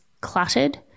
cluttered